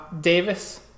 Davis